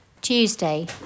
tuesday